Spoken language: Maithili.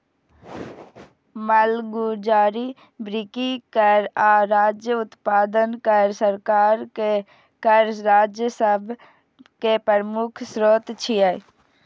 मालगुजारी, बिक्री कर आ राज्य उत्पादन कर सरकार के कर राजस्व के प्रमुख स्रोत छियै